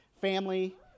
family